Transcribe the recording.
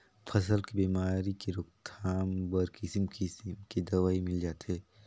फसल के बेमारी के रोकथाम बर किसिम किसम के दवई मिल जाथे